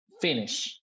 finish